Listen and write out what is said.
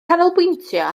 canolbwyntio